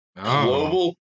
Global